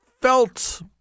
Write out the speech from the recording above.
felt